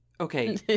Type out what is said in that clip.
Okay